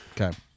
okay